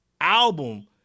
album